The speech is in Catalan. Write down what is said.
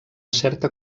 certa